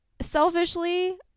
selfishly